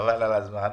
"חבל על הזמן",